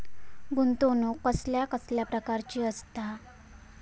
गुंतवणूक कसल्या कसल्या प्रकाराची असता?